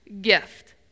gift